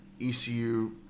ECU